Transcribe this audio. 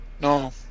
No